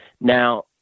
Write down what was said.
Now